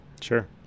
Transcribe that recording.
Sure